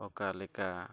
ᱚᱠᱟ ᱞᱮᱠᱟ